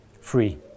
free